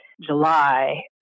July